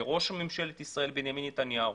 לראש ממשלת ישראל בנימין נתניהו,